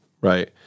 right